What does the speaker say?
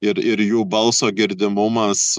ir ir jų balso girdimumas